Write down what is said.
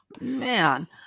man